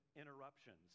interruptions